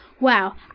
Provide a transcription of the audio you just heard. Wow